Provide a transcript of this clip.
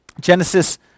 Genesis